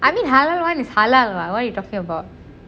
I mean halal wine is halal what what you talking about